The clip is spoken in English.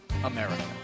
America